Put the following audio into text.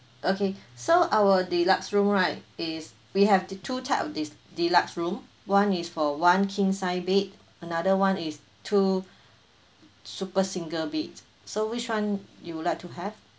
okay so our deluxe room right is we have t~ two type of de~ deluxe room one is for one king size bed another one is two super single beds so which one you would like to have